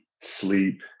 sleep